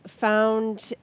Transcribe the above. found